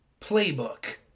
Playbook